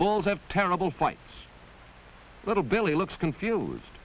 bulls have terrible fights little billy looks confused